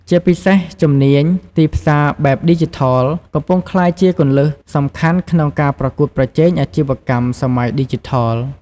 ជាពិសេស ជំនាញ ទីផ្សារបែបឌីជីថល កំពុងក្លាយជាគន្លឹះសំខាន់ក្នុងការប្រកួតប្រជែងអាជីវកម្មសម័យឌីជីថល។